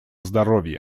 здоровья